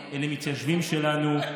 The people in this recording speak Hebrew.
אלה מתיישבים שלנו,